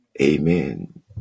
Amen